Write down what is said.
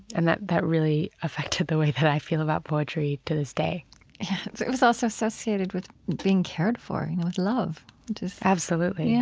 and that that really affected the way that i feel about poetry to this day it was also associated with being cared for with love absolutely, yeah